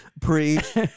Preach